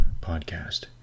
podcast